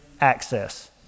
access